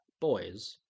Boys